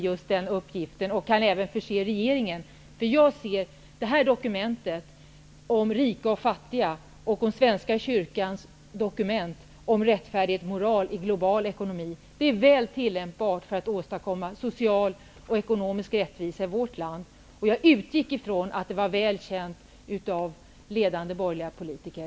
Jag kan även förse regeringen med ett exemplar. Svenska kyrkans dokument om rika och fattiga och om rättfärdighet och moral i global ekonomi är väl tillämpbart när det gäller att åstadkomma social och ekonomisk rättvisa i vårt land. Jag utgick från att detta dokument var väl känt av ledande borgerliga politiker.